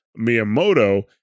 Miyamoto